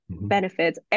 benefits